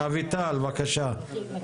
אביטל, בבקשה.